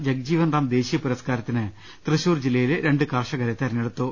ജഗ്ജീവൻ റാം ദേശീയ പുരസ്കാരത്തിന് തൃശൂർ ജില്ലയിലെ രണ്ടു കർഷ കരെ തെരഞ്ഞെടുത്തു